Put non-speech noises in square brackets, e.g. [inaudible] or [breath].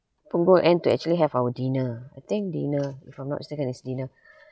punggol end to actually have our dinner I think dinner if I'm not mistaken it's dinner [breath]